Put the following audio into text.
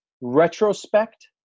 retrospect